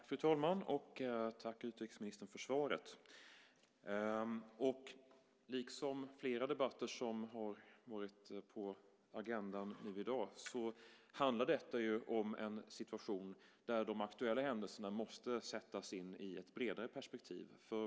Fru talman! Tack, utrikesministern, för svaret! Liksom flera debatter som har varit på agendan i dag handlar detta om en situation där de aktuella händelserna måste sättas in i ett bredare perspektiv.